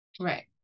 Right